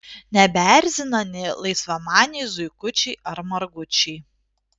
nebeerzina nė laisvamaniai zuikučiai ar margučiai